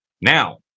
now